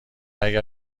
اگر